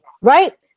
Right